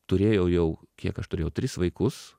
turėjau jau kiek aš turėjau tris vaikus